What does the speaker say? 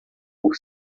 por